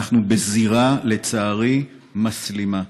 אנחנו בזירה, לצערי, מסלימה.